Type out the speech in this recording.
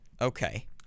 Okay